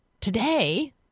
Today